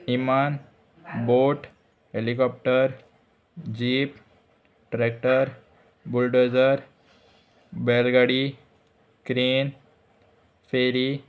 इमान boat helicopter jeep tractor bulldozer बैलगाडी crane फेरी